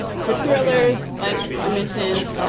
for thrillers like i mentioned,